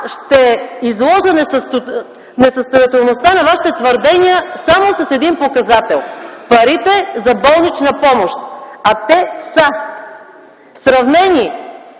ще изложа несъстоятелността на Вашите твърдения само с един показател – парите за болнична помощ. А те са: сравнени